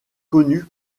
connus